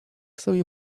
sobie